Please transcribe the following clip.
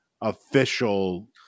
official